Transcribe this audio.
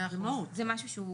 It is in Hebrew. מאה אחוז.